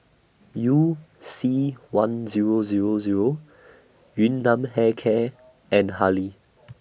YOU C one Zero Zero Zero Yun Nam Hair Care and Hurley